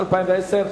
התש"ע 2010,